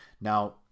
Now